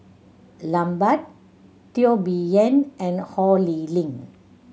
Lambert Teo Bee Yen and Ho Lee Ling